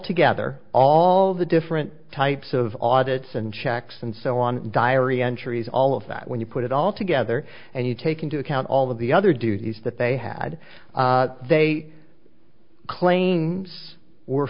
together all the different types of audits and checks and so on diary entries all of that when you put it all together and you take into account all of the other duties that they had they claims were